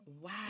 Wow